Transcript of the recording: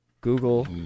Google